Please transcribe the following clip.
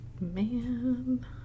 Man